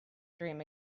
dream